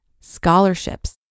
Scholarships